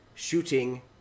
Shooting